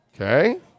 Okay